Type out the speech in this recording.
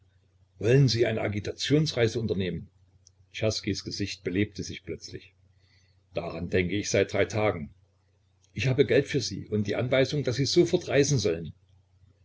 wollen sie eine agitationsreise unternehmen czerskis gesicht belebte sich plötzlich daran denk ich seit drei tagen ich habe geld für sie und die anweisung daß sie sofort reisen sollen